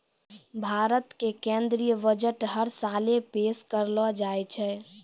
भारत के केन्द्रीय बजट हर साले पेश करलो जाय छै